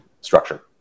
structure